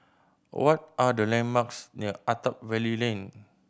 what are the landmarks near Attap Valley Lane